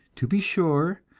to be sure,